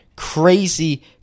Crazy